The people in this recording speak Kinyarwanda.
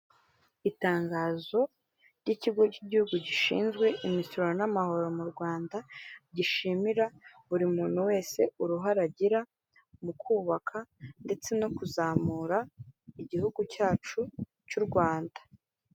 Itangazo ry'ikigo cy'igihugu gishinzwe imisoro n'amahoro mu Rwanda, gishimira buri muntu wese uruhare agira mu kubaka ndetse no kuzamura igihugu cyacu cy'u Rwanda.